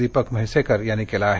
दीपक म्हैसेकर यांनी केलं आहे